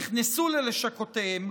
נכנסו ללשכותיהם,